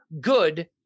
good